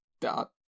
dot